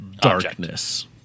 darkness